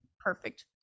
perfect